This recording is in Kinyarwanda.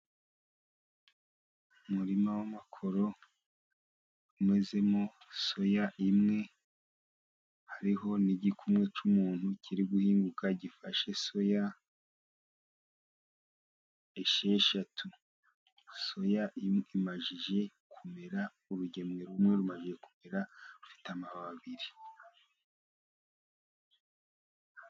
Umurima w'amakoro umezemo soya imwe, hariho n'igikumwe cy'umuntu kiri guhinguka gifashe soya esheshatu. Soya imaze kumera ,urugemwe rumwe rumaze kumera, rufite amababi abiri.